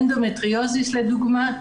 אנדומטריוזיס לדוגמה,